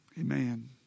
Amen